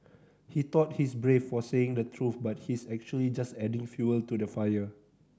he thought he's brave for saying the truth but he's actually just adding fuel to the fire